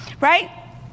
right